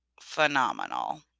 phenomenal